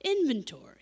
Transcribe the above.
inventory